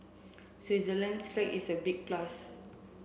Switzerland's flag is a big plus